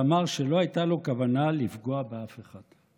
ואמר שלא הייתה לו כוונה לפגוע באף אחד.